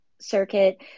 Circuit